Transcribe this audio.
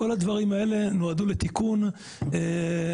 כל הדברים האלה נועדו לתיקון המצב.